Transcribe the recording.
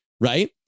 right